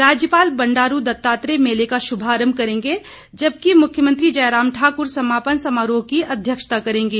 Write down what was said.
राज्यपाल बंडारू दत्तात्रेय मेले का श्भारंभ करेंगे जबकि मुख्यमंत्री जयराम ठाकुर समापन समारोह की अध्यक्षता करेंगे